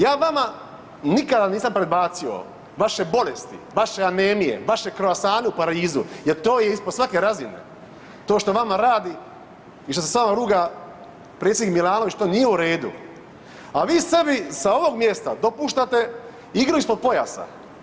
Ja vama nikada nisam predbacio vaše bolesti, vaše anemije, vaše kroasane u Parizu jer to je ispod svake razine, to što vama radi i što se s vama ruga predsjednik to nije u redu, a vi sebi sa ovog mjesta dopuštate igru ispod pojasa.